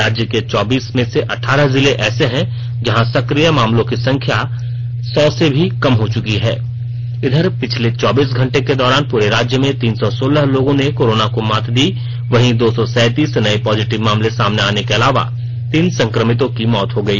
राज्य के चौबीस में से अठारह जिले ऐसे हैं जहां सक्रिय मामलों की संख्या सौ भी कम हो चुकी है इधर पिछले चौबीस घंटे के दौरान पूरे राज्य में तीन सौ सोलह लोगों ने कोरोना को मात दो वहीं दो सौ सैंतीस नए पॉजिटिव मामले सामने आने के अलावा तीन संक्रमितों की मौत हो गई